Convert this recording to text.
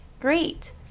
great